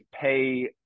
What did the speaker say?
pay